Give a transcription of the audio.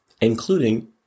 including